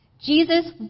Jesus